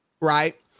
right